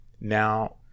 now